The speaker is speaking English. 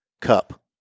cup